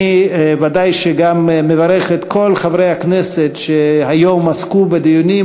אני ודאי גם מברך את כל חברי הכנסת שהיום עסקו בדיונים,